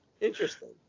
Interesting